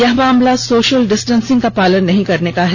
यह मामला social distancing का पालन नहीं करने का है